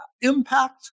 impact